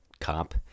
cop